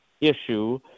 issue